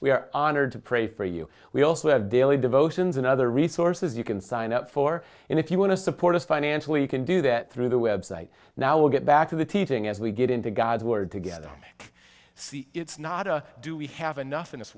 are honored to pray for you we also have daily devotions and other resources you can sign up for and if you want to support us financially you can do that through the website now will get back to the teaching as we get into god's word together see it's not a do we have enough in this